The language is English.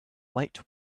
light